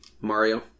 Mario